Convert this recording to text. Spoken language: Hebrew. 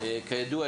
כידוע,